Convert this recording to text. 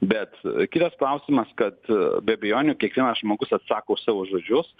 bet kitas klausimas kad be abejonių kiekvienas žmogus atsako už savo žodžius